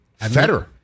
Federer